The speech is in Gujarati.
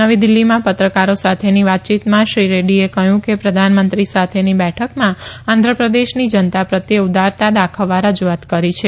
નવી દિલ્ફીમાં પત્રકારો સાથેની વાતચીતમાં શ્રી રેડૃએ કહયું કે પ્રધાનમંત્રી સાથેની બેઠકમાં આંધ્રપ્રદેશની જનતા પ્રત્યે ઉદારતા દાખવવા રજુઆત કરી છે